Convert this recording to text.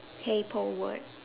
hey Paul word